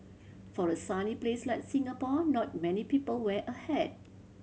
for a sunny place like Singapore not many people wear a hat